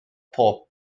pob